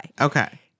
Okay